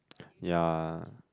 yea